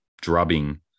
drubbing